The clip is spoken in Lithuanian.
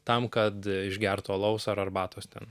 tam kad išgertų alaus ar arbatos ten